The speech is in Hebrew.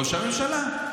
ראש הממשלה.